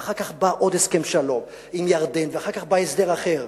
ואחר כך בא עוד הסכם שלום עם ירדן ואחר כך בא הסדר אחר.